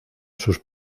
sus